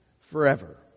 forever